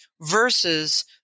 versus